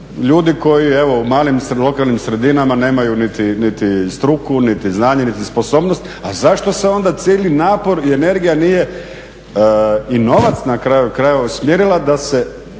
ljudi koji u malim lokalnim sredinama nemaju niti struku, niti znanje, niti sposobnost, a zašto se onda cijeli napor i energija nije i novac, na kraju krajeva, usmjerila da se